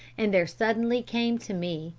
and there suddenly came to me,